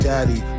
Daddy